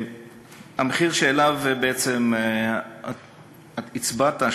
המחיר שעליו בעצם הצבעת,